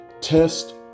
Test